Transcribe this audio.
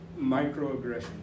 microaggressions